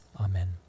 Amen